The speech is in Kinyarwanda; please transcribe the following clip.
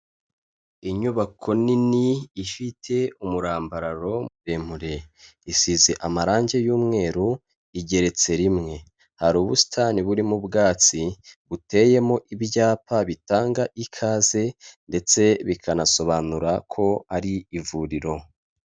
Inyubako nini ifite umurambararo muremure, isize amarangi y'umweru, igeretse rimwe. Hari ubusitani burimo ubwatsi buteyemo ibyapa bitanga ikaze ndetse bikanasobanura ko ari ivuriro.